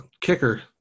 kicker